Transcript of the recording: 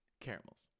caramels